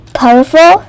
powerful